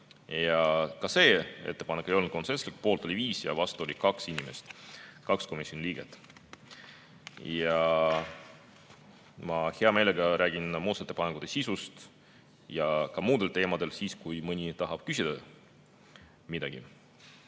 ja ka see ettepanek ei olnud konsensuslik, poolt oli 5 ja vastu oli 2 inimest, 2 komisjoni liiget. Ma hea meelega räägin muudatusettepanekute sisust ja ka muudel teemadel siis, kui mõni tahab midagi